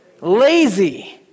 Lazy